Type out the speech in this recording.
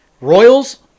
Royals